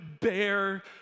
bear